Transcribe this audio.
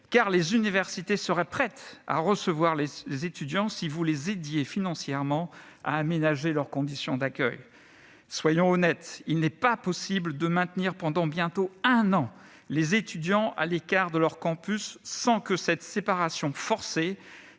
car les universités seraient prêtes à recevoir les étudiants si vous les aidiez financièrement à aménager leurs conditions d'accueil. Soyons honnêtes : il n'est pas possible de maintenir pendant bientôt un an les étudiants à l'écart de leurs campus sans que cette séparation forcée